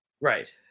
right